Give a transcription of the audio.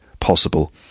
Possible